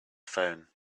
phone